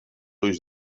ulls